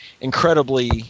incredibly